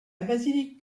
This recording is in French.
basilique